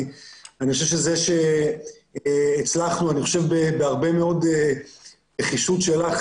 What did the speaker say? זה שהצלחנו בהרבה מאוד נחישות שלך,